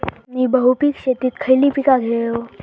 मी बहुपिक शेतीत खयली पीका घेव?